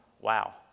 wow